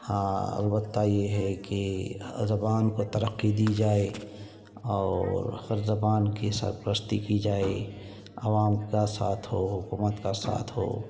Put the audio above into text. ہاں البتہ یہ ہے کہ زبان کو ترقی دی جائے اور ہر زبان کی سرپرستی کی جائے عوام کا ساتھ ہو حکومت کا ساتھ ہو